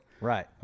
Right